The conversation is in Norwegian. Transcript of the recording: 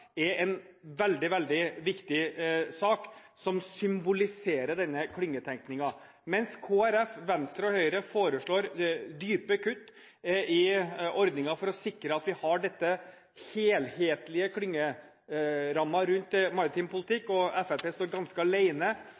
er en veldig, veldig viktig sak som symboliserer denne klyngetenkningen. Kristelig Folkeparti, Venstre og Høyre foreslår imidlertid dype kutt i denne ordningen som sikrer at vi har denne helhetlige klyngerammen rundt maritim politikk, og Fremskrittspartiet står ganske